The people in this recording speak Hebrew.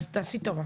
אז תעשי טובה.